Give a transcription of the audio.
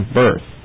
birth